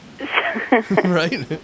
Right